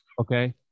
Okay